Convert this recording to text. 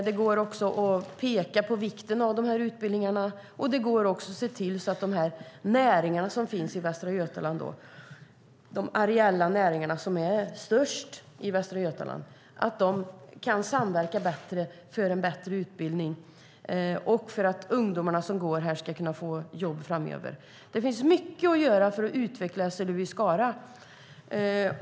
Det går också att peka på vikten av utbildningarna, och det går att se till att de areella näringarna i Västra Götaland kan samverka bättre för en bättre utbildning och för att ungdomarna här ska kunna få jobb framöver. Det finns mycket att göra för att utveckla SLU i Skara.